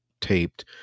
taped